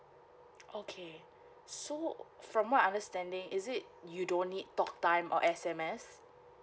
okay so from my understanding is it you don't need talktime or S_M_S